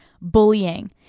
bullying